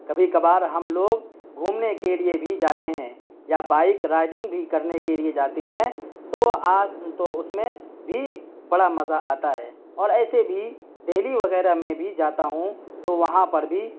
کبھی کبھار ہم لوگ گھومنے کے لیے بھی جاتے ہیں یا بائک رائڈنگ بھی کرنے کے لیے جاتے ہیں تو آج تو اس میں بھی بڑا مزہ آتا ہے اور ایسے بھی دلی وغیرہ میں بھی جاتا ہوں تو وہاں پر بھی